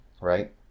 Right